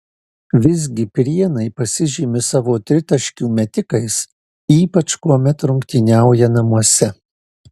visgi prienai pasižymi savo tritaškių metikais ypač kuomet rungtyniauja namuose